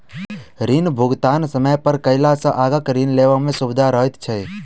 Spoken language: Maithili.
ऋण भुगतान समय पर कयला सॅ आगाँ ऋण लेबय मे सुबिधा रहैत छै